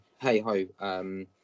hey-ho